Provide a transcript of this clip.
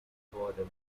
border